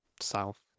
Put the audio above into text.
south